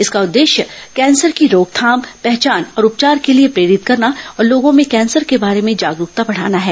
इसका उद्देश्य कैंसर की रोकथाम पहचान और उपचार के लिए प्रेरित करना और लोगों में कैंसर के बारे में जागरूकता बढ़ाना है